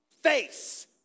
face